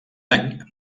any